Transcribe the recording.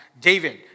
David